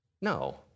No